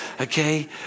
okay